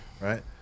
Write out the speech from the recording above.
Right